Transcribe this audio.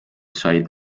said